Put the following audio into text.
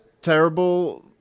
terrible